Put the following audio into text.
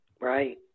Right